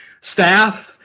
Staff